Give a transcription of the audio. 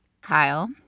Kyle